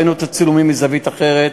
ראינו את הצילומים מזווית אחרת,